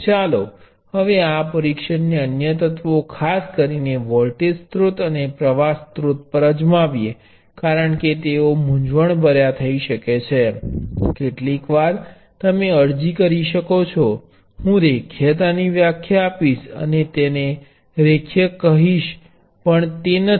ચાલો હવે આ પરીક્ષણને અન્ય એલિમેન્ટો ખાસ કરીને વોલ્ટેજ સ્ત્રોત અને પ્રવાહ સ્ત્રોત પર અજમાવીએ કારણ કે તેઓ મૂંઝવણભર્યા થઈ શકે છે કેટલીકવાર તમે અરજી કરી શકો છો હું રેખીયતાની વ્યાખ્યા આપીશ અને તેને રેખીય કહીશ પણ તે નથી